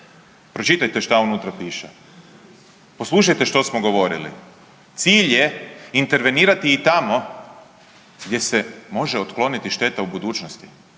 Pročitajte što unutra piše. Poslušajte što smo govorili. Cilj je intervenirati i tamo gdje se može otkloniti šteta u budućnosti